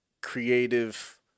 creative